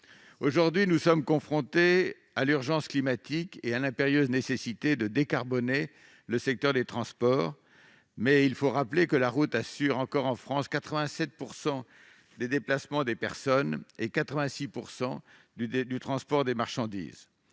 Aujourd'hui, nous sommes confrontés à l'urgence climatique et à l'impérieuse nécessité de décarboner le secteur des transports, mais il faut rappeler que la route assure en France 87 % des déplacements de personnes et 86 % du transport de marchandises.